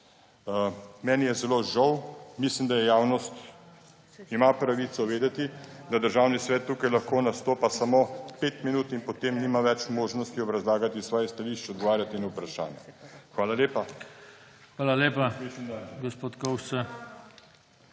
Meni je zelo žal. Mislim, da javnost ima pravico vedeti, da Državni svet tukaj lahko nastopa samo pet minut in potem nima več možnosti obrazlagati svojih stališč, odgovarjati na vprašanja. Hvala lepa. PODPREDSEDNIK